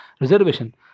reservation